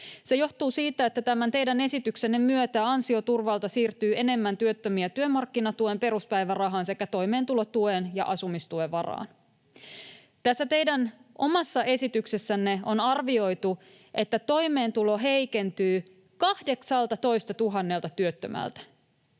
Se johtuu siitä, että tämän teidän esityksenne myötä ansioturvalta siirtyy enemmän työttömiä työmarkkinatuen peruspäivärahan sekä toimeentulotuen ja asumistuen varaan. Tässä teidän omassa esityksessänne on arvioitu, että toimeentulo heikentyy 18 000 työttömältä.